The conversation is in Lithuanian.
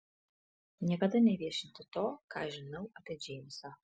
niekada neviešinti to ką žinau apie džeimsą